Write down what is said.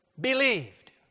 believed